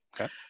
Okay